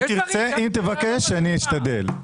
אם תבקש, אני אשתדל.